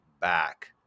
back